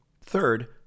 Third